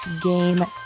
game